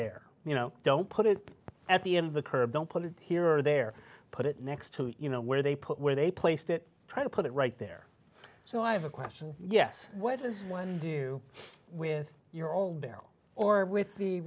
there you know don't put it at the end of the curb don't put it here or there put it next to you know where they put where they placed it try to put it right there so i have a question yes which is when you with your own barrel or with the